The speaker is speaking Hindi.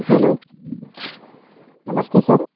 हलो नमस्ते सर